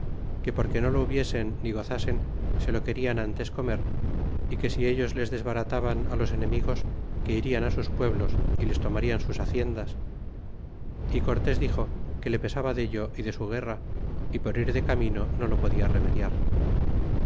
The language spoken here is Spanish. que porque no lo hubiesen ni gozasen se lo querian ntes comer y que si ellos les desbarataban los enemigos que irian sus pueblos y les tomarian sus haciendas y cortes dixo que le pesaba dello y de su guerra y por ir de camino no lo podia remediar